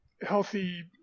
healthy